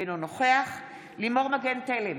אינו נוכח לימור מגן תלם,